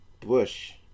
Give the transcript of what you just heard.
Bush